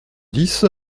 dix